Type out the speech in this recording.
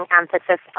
emphasis